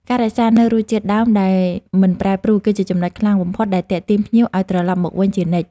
ការរក្សានូវរសជាតិដើមដែលមិនប្រែប្រួល គឺជាចំនុចខ្លាំងបំផុតដែលទាក់ទាញភ្ញៀវឱ្យត្រឡប់មកវិញជានិច្ច។